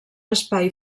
espai